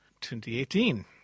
2018